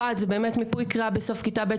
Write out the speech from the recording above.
אחד זה באמת מיפוי קריאה בסוף כיתה ב',